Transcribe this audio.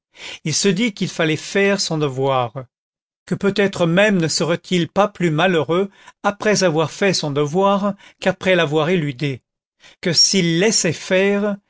il se dit qu'il fallait faire son devoir que peut-être même ne serait-il pas plus malheureux après avoir fait son devoir qu'après l'avoir éludé que s'il laissait faire